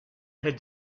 had